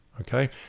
Okay